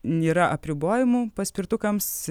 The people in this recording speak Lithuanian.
nėra apribojimų paspirtukams